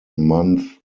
month